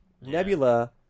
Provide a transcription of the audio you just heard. Nebula